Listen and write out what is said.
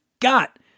got